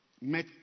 met